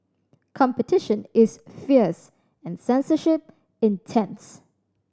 competition is fierce and censorship intense